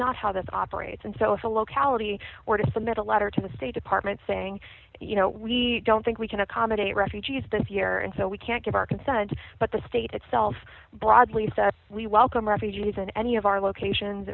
not how this operates and so if a locality or to submit a letter to the state department saying you know we don't think we can accommodate refugees this year and so we can't give our consent but the state itself broadly sets we welcome refugees in any of our locations